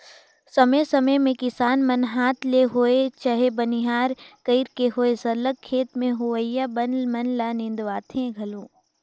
समे समे में किसान मन हांथ ले होए चहे बनिहार कइर के होए सरलग खेत में होवइया बन मन ल निंदवाथें घलो